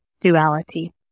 duality